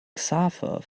xaver